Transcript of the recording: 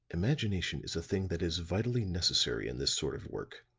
imagination is a thing that is vitally necessary in this sort of work,